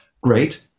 great